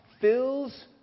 fills